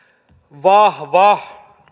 vahva